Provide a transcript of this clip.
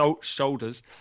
shoulders